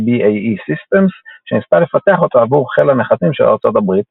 BAE סיסטמס שניסתה לפתח אותו עבור חיל הנחתים של ארצות הברית.